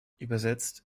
übersetzt